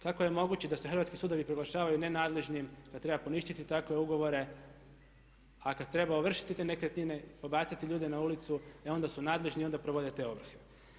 Kako je moguće da se hrvatski sudovi proglašavaju nenadležnim kad treba poništiti takve ugovore, a kad treba ovršiti te nekretnine, pobacati te ljude na ulicu, e onda su nadležni, onda provode te ovrhe.